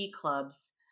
clubs